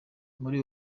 muri